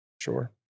Sure